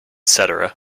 cetera